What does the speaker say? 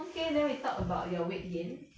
okay then we talk about your weight gain